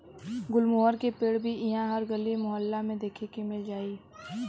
गुलमोहर के पेड़ भी इहा हर गली मोहल्ला में देखे के मिल जाई